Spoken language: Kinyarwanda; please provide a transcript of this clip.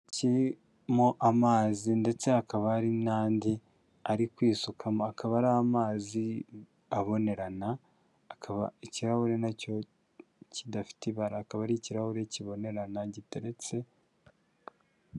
Kirimo amazi ndetse hakaba hari n'andi ari kwisukamo, akaba ari amazi abonerana akaba ikirahuri na cyo kidafite ibara, akaba ari ikirahure kibonerana giteretse.